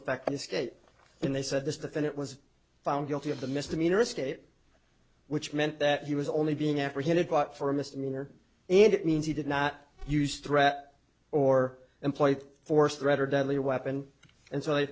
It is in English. effect escape and they said this defendant was found guilty of the misdemeanor escape which meant that he was only being apprehended but for a misdemeanor and it means he did not use threat or employ force threat or deadly weapon and so they